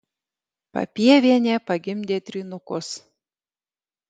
papievienė pagimdė trynukus